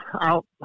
out